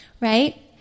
right